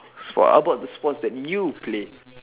spo how about the sports that you played